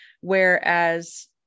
whereas